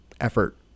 effort